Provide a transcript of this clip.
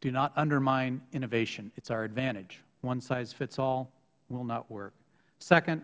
do not undermine innovation it is our advantage one size fits all will not work second